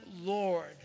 Lord